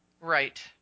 Right